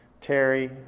Terry